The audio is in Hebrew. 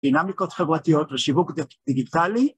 דינמיקות חברתיות ושיווק דיגיטלי